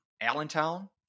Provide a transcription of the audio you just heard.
Allentown